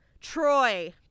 Troy